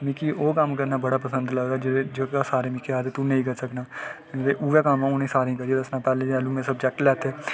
मिगी ओह् कम्म करना सारें कोला पसंद लगदा जेह्के मिगी सारे आखदे कि तू नेईं करी सकना आं ते तैह्लूं जैह्लूं में सब्जैक्ट लैते